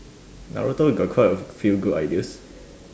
Naruto got quite a few good ideas